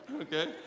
Okay